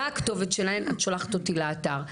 מה הכתובת שלהן את שולחת אותי לאתר.